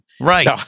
Right